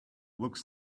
looks